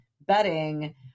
bedding